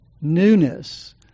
newness